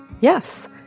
Yes